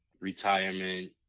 retirement